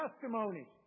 testimony